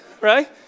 Right